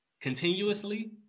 continuously